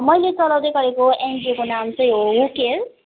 मैले चलाउँदै गरेको एनजिओको नाम चाहिँ हो हु केयर